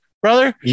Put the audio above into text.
Brother